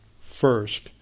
first